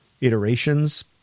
iterations